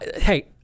hey